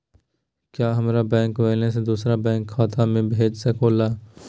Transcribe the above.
क्या हमारा bank balance दूसरे बैंक खाता में भेज सके ला?